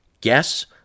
guess